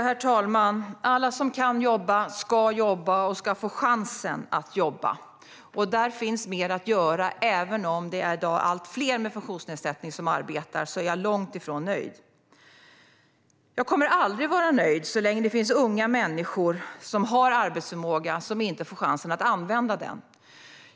Herr talman! Alla som kan jobba ska jobba och få chansen att jobba. Där finns mer att göra. Även om det i dag är allt fler med funktionsnedsättning som arbetar är jag långt ifrån nöjd. Jag kommer aldrig att vara nöjd så länge det finns unga människor som har arbetsförmåga men inte får chansen att använda den.